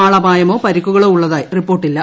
ആളപായ്മോ പ്രിക്കുകളോ ഉള്ളതായി റിപ്പോർട്ടി ല്ല